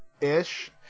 ish